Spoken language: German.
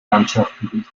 landschaften